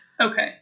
Okay